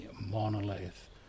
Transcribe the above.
monolith